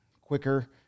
quicker